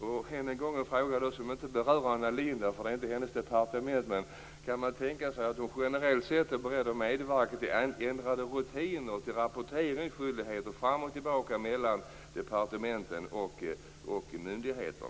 Jag hade också en annan fråga som inte heller berör Anna Lindh, eftersom det inte gäller hennes departement, men jag kan i stället fråga om hon kan tänka sig att generellt medverka till ändrade rutiner vad gäller rapportering fram och tillbaka mellan departement och myndigheter.